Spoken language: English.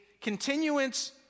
continuance